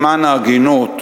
למען ההגינות,